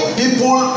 people